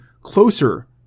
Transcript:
closer